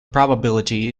probability